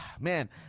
Man